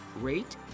rate